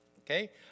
okay